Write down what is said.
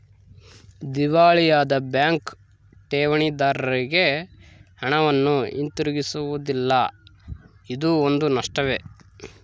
ದಿವಾಳಿಯಾದ ಬ್ಯಾಂಕ್ ಠೇವಣಿದಾರ್ರಿಗೆ ಹಣವನ್ನು ಹಿಂತಿರುಗಿಸುವುದಿಲ್ಲ ಇದೂ ಒಂದು ನಷ್ಟವೇ